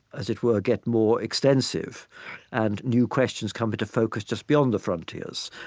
as it were, get more extensive and new questions come into focus just beyond the frontiers.